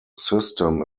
system